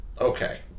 Okay